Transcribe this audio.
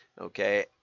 Okay